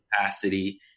capacity